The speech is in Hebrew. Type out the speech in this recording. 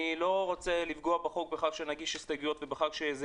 אני לא רוצה לפגוע בחוק בכך שנגיש הסתייגויות ואז זה